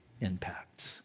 impact